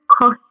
cost